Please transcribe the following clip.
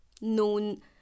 known